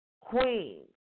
Queen